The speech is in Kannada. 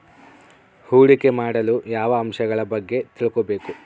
ಹೂಡಿಕೆ ಮಾಡಲು ಯಾವ ಅಂಶಗಳ ಬಗ್ಗೆ ತಿಳ್ಕೊಬೇಕು?